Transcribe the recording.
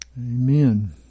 Amen